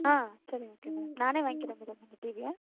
ஆ சரி okay madam நானே வாங்கிறேன் மேடம் அந்த டிவியை